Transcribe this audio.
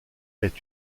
est